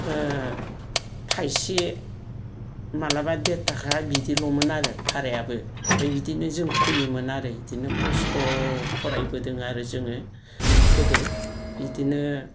थाइसे माब्लाबा देर थाखा बिदिल'मोन आरो भारायाबो ओमफ्राय बिदिनो जों फैयोमोन आरो बिदिनो खस्त' फरायबोदों आरो जोङो गोदो बिदिनो